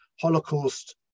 holocaust